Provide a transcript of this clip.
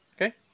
Okay